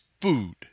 food